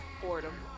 boredom